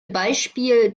beispiel